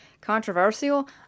controversial